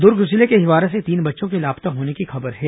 दुर्ग जिले के अहिवारा से तीन बच्चों के लापता होने की खबर है